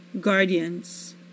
guardians